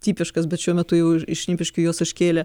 tipiškas bet šiuo metu jau iš šnipiškių juos iškėlė